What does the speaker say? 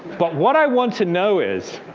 but what i want to know is,